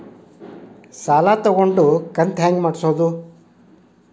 ಸಾಲ ತಗೊಂಡು ಕಂತ ಹೆಂಗ್ ಮಾಡ್ಸೋದು?